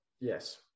Yes